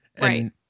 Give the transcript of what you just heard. Right